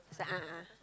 a'ah a'ah